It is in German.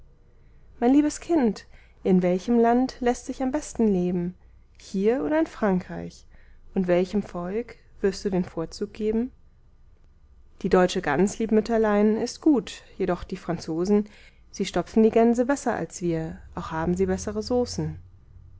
mein liebes kind in welchem land läßt sich am besten leben hier oder in frankreich und welchem volk wirst du den vorzug geben die deutsche gans lieb mütterlein ist gut jedoch die franzosen sie stopfen die gänse besser als wir auch haben sie bessere saucen